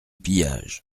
pillage